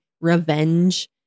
revenge